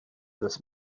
this